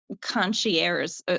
concierge